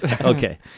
Okay